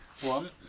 One